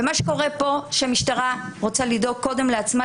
אבל מה שקורה פה זה שהמשטרה רוצה לדאוג קודם לעצמה,